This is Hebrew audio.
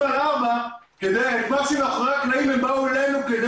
על ארבע כדי שאת מה שמאחורי הקלעים הם באו אלינו כדי